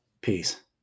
Peace